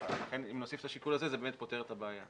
לכן אם נוסיף את השיקול הזה זה באמת פותר את הבעיה.